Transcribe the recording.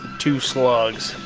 two slugs.